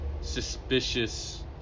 suspicious